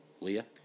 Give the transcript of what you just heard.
Leah